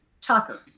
Tucker